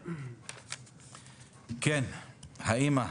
כן, האמא,